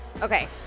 Okay